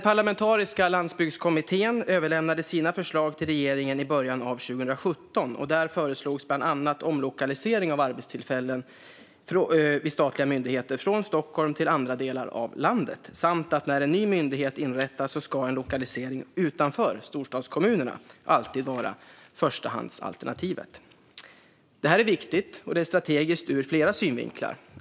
Parlamentariska landsbygdskommittén överlämnade sina förslag till regeringen i början av 2017. Där föreslogs bland annat omlokalisering av arbetstillfällen vid statliga myndigheter från Stockholm till andra delar av landet samt att lokalisering utanför storstadskommunerna alltid ska vara förstahandsalternativet när en ny myndighet inrättas. Detta är viktigt och strategiskt ur flera synvinklar.